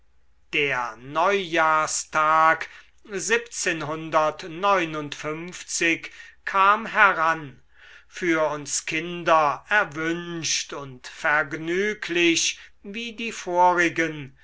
der neujahrstag kam heran für uns kinder erwünscht und vergnüglich wie die vorigen